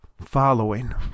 following